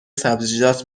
سبزیجات